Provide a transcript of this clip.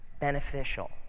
beneficial